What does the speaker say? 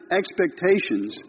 expectations